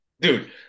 dude